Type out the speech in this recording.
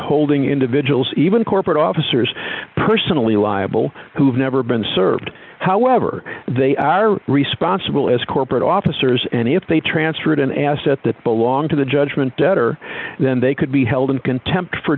holding individuals even corporate officers personally liable who have never been served however they are responsible as corporate officers and if they transferred an asset that belonged to the judgment debtor then they could be held in contempt for